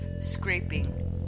scraping